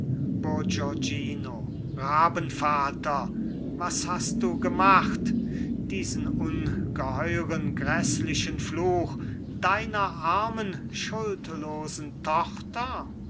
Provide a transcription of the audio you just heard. rabenvater was hast du gemacht diesen ungeheuren gräßlichen fluch deiner armen schuldlosen tochter